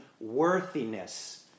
worthiness